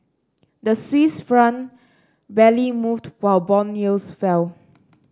the Swiss Franc barely moved while bond yields fell